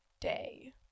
day